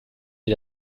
wie